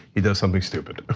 he does something stupid.